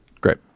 Great